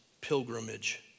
pilgrimage